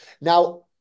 Now